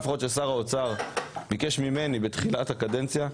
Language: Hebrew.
לפחות של שר האוצר שביקש ממני בתחילת הקדנציה,